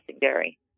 dairy